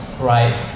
right